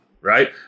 right